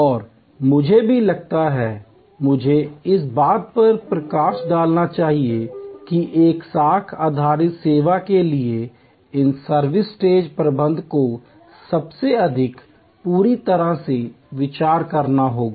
और मुझे भी लगता है मुझे इस बात पर प्रकाश डालना चाहिए कि एक साख आधारित सेवा के लिए इन सर्विस स्टेज प्रबंधन को सबसे अधिक पूरी तरह से विचार करना होगा